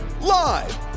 Live